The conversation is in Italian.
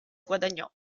guadagnò